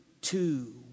two